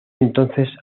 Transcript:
entonces